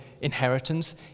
Inheritance